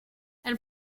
elle